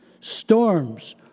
storms